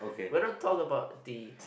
when I talk about the